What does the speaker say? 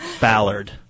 Ballard